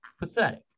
pathetic